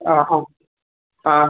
ആ ഹാ ആ